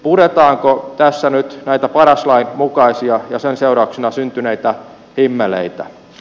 puretaanko tässä nyt näitä paras lain mukaisia ja sen seurauksena syntyneitä himmeleitä